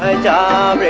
ah da